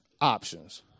options